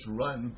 run